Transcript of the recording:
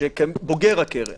כבוגר הקרן